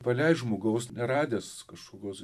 paleist žmogaus neradęs kažkokios